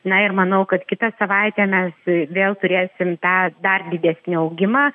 na ir manau kad kitą savaitę mes vėl turėsim tą dar didesnį augimą